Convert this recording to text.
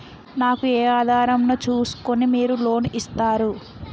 నాకు ఏ ఆధారం ను చూస్కుని మీరు లోన్ ఇస్తారు?